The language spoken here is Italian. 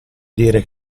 dire